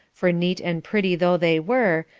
for neat and pretty though they were,